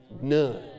None